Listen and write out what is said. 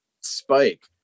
spike